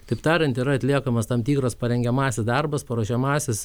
taip tariant yra atliekamas tam tikras parengiamasis darbas paruošiamasis